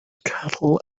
cattle